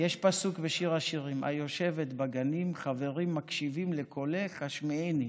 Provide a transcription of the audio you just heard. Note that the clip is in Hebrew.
יש פסוק בשיר השירים: "היושבת בגנים חברים מקשיבים לקולך השמיעני".